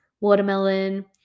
watermelon